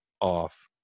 off